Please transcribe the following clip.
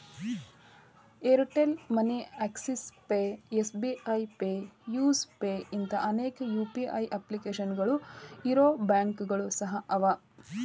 Airtel money Axis pay SBI pay yes pay ಇಂಥಾ ಅನೇಕ UPI ಅಪ್ಲಿಕೇಶನ್ಗಳು ಇರೊ ಬ್ಯಾಂಕುಗಳು ಸಹ ಅವ